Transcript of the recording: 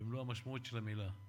במלוא המשמעות של המילה,